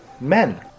men